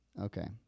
Okay